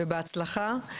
בהצלחה.